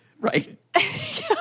Right